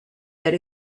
that